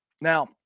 now